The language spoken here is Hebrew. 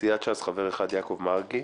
סיעת ש"ס, חבר אחד: יעקב מרגי,